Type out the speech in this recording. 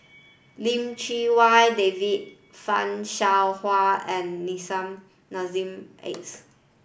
Lim Chee Wai David Fan Shao Hua and Nissim Nassim Adis